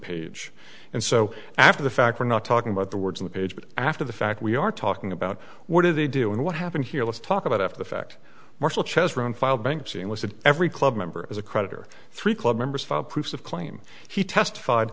page and so after the fact we're not talking about the words of the page but after the fact we are talking about what do they do and what happened here let's talk about after the fact marshall chess from file bankruptcy and look at every club member as a creditor three club members five proofs of claim he testified